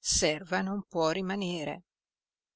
serva non può rimanere